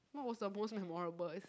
what was the most memorable